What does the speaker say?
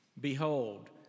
Behold